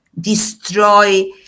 destroy